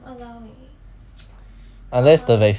!walao! eh how ah